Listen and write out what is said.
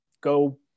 go